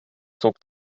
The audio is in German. zog